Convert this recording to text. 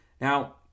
Now